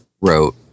wrote